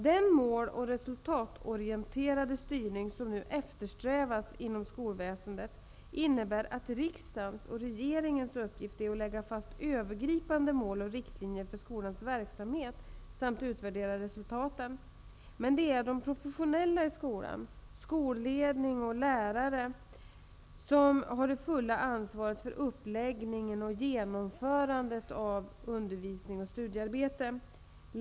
Den mål och resultatorienterade styrning som nu eftersträvas inom skolväsendet innebär att riksdagens och regeringens uppgift är att lägga fast övergripande mål och riktlinjer för skolans verksamhet och att utvärdera resultaten. Men det är de professionella i skolan, skolledning och lärare, som har det fulla ansvaret för uppläggningen och genomförandet av studiearbetet.